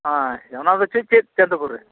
ᱟᱪᱪᱷᱟ ᱚᱱᱟ ᱫᱚ ᱪᱮᱫ ᱪᱮᱫ ᱪᱟᱸᱫᱚ ᱠᱚᱨᱮ